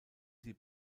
sie